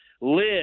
live